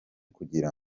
kugira